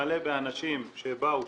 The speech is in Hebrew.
מלא באנשים שבאו,